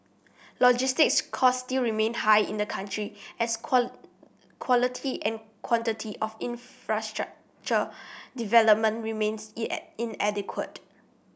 logistics costs still remain high in the country as quality and quantity of infrastructure development remains inadequate